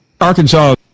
Arkansas